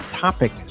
topic